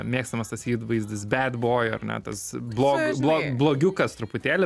mėgstamas tas įvaizdis bad boy ar ne tas blog blo blo blogiukas truputėlį